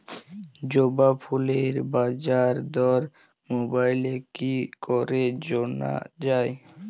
জবা ফুলের বাজার দর মোবাইলে কি করে জানা যায়?